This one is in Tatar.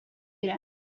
бирә